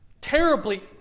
terribly